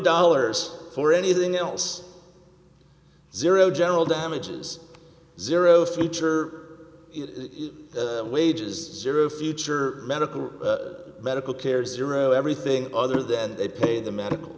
dollars for anything else zero general damages zero feature it wages zero future medical medical care zero everything other than they pay the medical